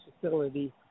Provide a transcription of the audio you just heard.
facility